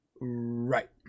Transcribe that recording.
Right